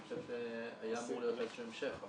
אני חושב שהיה אמור להיות איזשהו המשך.